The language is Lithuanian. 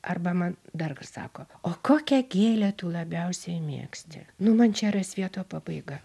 arba man dar k sako o kokią gėlę tu labiausiai mėgsti nu man čia yra svieto pabaiga